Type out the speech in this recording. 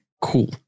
cool